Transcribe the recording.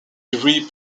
degrees